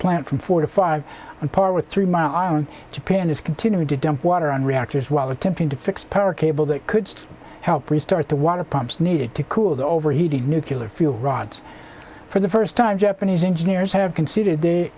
plant from four to five on par with three mile island japan is continuing to dump water on reactors while attempting to fix power cables that could help restart the water pumps needed to cool the overheating nucular fuel rods for the first time japanese engineers have considered they